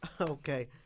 Okay